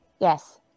Yes